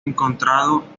encontrado